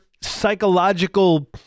psychological